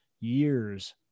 years